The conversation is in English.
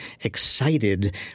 excited